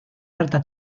certa